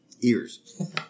ears